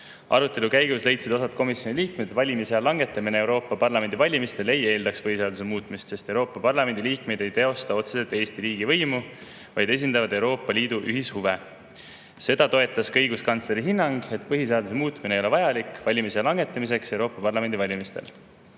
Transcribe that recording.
Arutelu käigus leidsid osad komisjoni liikmed, et valimisea langetamine Euroopa Parlamendi valimistel ei eeldaks põhiseaduse muutmist, sest Euroopa Parlamendi liikmed ei teosta otseselt Eesti riigivõimu, vaid esindavad Euroopa Liidu ühishuve. Seda toetas ka õiguskantsleri hinnang, et põhiseaduse muutmine ei ole vajalik valimisea langetamiseks Euroopa Parlamendi valimistel.